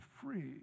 free